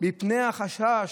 מפני החשש